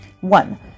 One